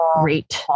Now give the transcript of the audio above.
great